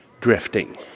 drifting